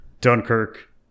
Dunkirk